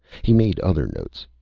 he made other notes,